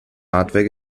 hardware